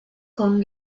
con